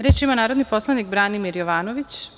Reč ima narodni poslanik Branimir Jovanović.